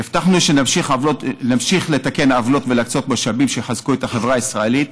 הבטחנו שנמשיך לתקן עוולות ולהקצות משאבים שיחזקו את החברה הישראלית.